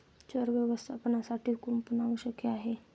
चर व्यवस्थापनासाठी कुंपण आवश्यक आहे